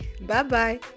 bye-bye